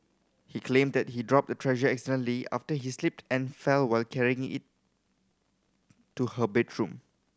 he claimed that he dropped Treasure accidentally after he slipped and fell while carrying it to her bedroom